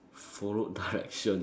followed directions